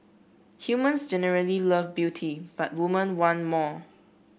humans generally love beauty but woman one more